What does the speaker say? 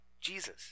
Jesus